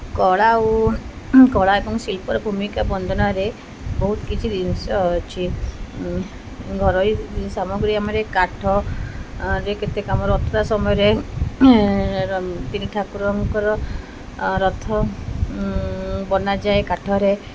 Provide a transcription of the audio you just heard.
କଳା ଓ କଳା ଏବଂ ଶିଳ୍ପର ଭୂମିକା ବନ୍ଦନାରେ ବହୁତ କିଛି ଜିନିଷ ଅଛି ଘରୋଇ ସାମଗ୍ରୀ ଆମରେ କାଠରେ କେତେ କାମ ରଥଯାତ୍ରା ସମୟରେ ତିନି ଠାକୁରଙ୍କର ରଥ ବନାଯାଏ କାଠରେ